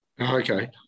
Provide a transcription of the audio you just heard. Okay